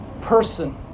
person